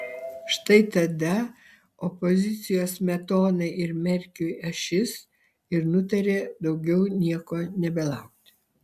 štai tada opozicijos smetonai ir merkiui ašis ir nutarė daugiau nieko nebelaukti